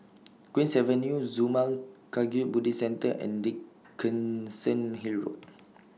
Queen's Avenue Zurmang Kagyud Buddhist Centre and Dickenson Hill Road